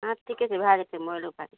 ठीके छै भए जेतै मोबाइलो भए जेतै